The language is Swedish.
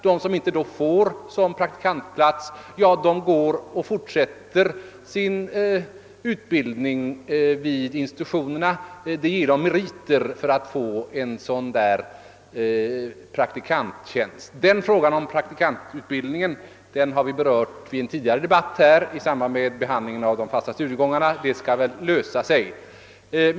De som då inte får praktikantplatser fortsätter sin utbildning vid institutionerna, eftersom det ger dem meriter för att få en sådan praktikanttjänst. Problemet med praktikantutbildningen har vi berört i en tidigare debatt i samband med behandlingen av de fasta studiegångarna, och det skall väl lösa sig.